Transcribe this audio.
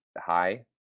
Hi